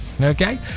Okay